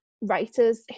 writers